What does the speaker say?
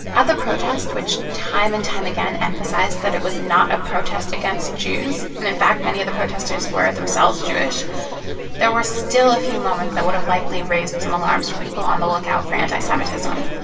at the protest, which time and time again emphasized that it was not a protest against jews and in fact, many of the protesters were themselves jewish there were still a few moments that would have likely raised some alarms for people on the lookout for anti-semitism.